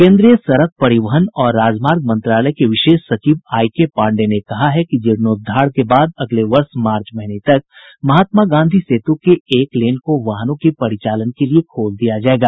केंद्रीय सड़क परिवहन और राजमार्ग मंत्रालय के विशेष सचिव आई के पाण्डेय ने कहा है कि जीर्णोद्वार के बाद अगले वर्ष मार्च महीने तक महात्मा गांधी सेतु के एक लेन को वाहनों के परिचालन के लिये खोल दिया जायेगा